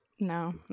no